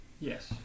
Yes